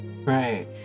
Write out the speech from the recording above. Right